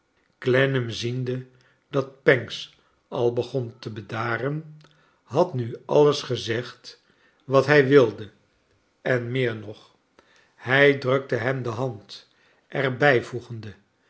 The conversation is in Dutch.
clennam ziende dat pancks al begon te bedaren had nu alles ge zegd wat hij wilde en meer nog hij drukte hem de hand er